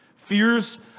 Fears